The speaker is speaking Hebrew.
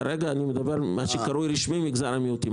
כרגע אני מדבר על מה שנקרא רשמית: מגזר המיעוטים.